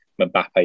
Mbappe